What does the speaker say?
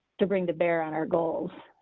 to bring to bear on our goals.